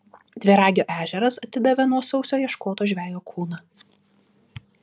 dviragio ežeras atidavė nuo sausio ieškoto žvejo kūną